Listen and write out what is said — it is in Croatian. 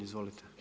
Izvolite.